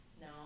No